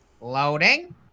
Loading